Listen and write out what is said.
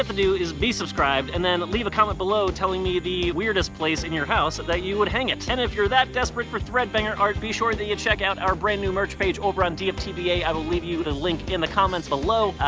have to do is be subscribed and then leave a comment below telling me the weirdest place in your house and that you would hang it. and if you're that desperate for threadbanger art, be sure that you check out our brand new merch page over on dftba, i'll leave you the link in the comments below. ah,